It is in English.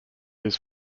his